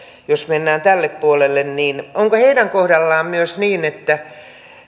jos mennään tälle puolelle niin onko heidän kohdallaan myös niin että